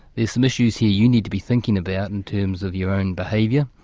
there's some issues here you need to be thinking about in terms of your own behaviour,